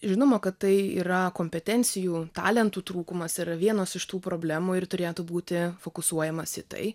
žinoma kad tai yra kompetencijų talentų trūkumas yra vienos iš tų problemų ir turėtų būti fokusuojamasi į tai